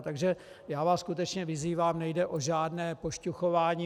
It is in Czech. Takže vás skutečně vyzývám, nejde o žádné pošťuchování.